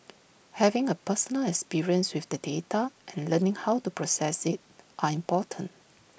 having A personal experience with the data and learning how to process IT are important